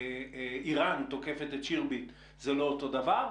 איראן תוקפת את שירביט זה לא אותו דבר.